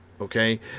Okay